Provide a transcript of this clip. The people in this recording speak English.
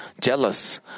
jealous